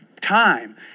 time